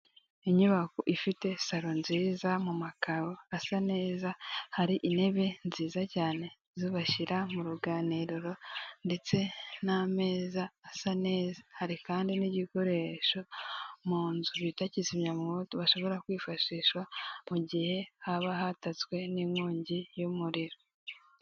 Inyubako ifite saro nziza mumakaro asa neza, hari intebe nziza cyane zo bashyira muruganiriro ndetse na ameza asa neza. Hari kandi na igikoresho munzu bita kizimyamwoto, bashobora kwifashisha mugihe haba hatatswe na umuriro.